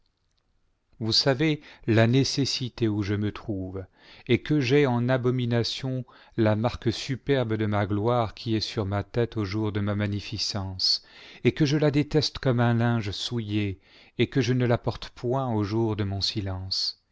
vous savez la nécessité où je me trouve et que j'ai en abomination la marque superbe de ma gloire qui est sur ma tête aux jours de ma magnificence et que je la déteste comme un linge souillé et que je ne la porte point aux jours de mon silence